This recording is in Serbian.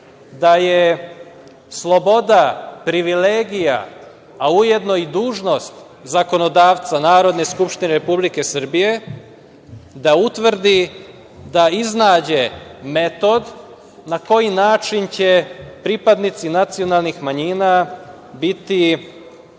da je sloboda, privilegija, a ujedno i dužnost zakonodavca Narodne skupštine Republike Srbije da utvrdi, da iznađe metod na koji način će pripadnici nacionalnih manjina biti